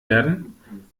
werden